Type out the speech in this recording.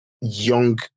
young